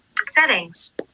settings